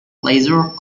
pleasure